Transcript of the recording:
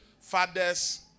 fathers